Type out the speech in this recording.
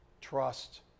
Trust